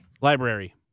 Library